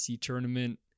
tournament